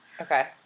Okay